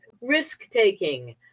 risk-taking